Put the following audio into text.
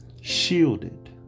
Shielded